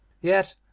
Yet